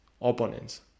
opponents